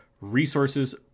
Resources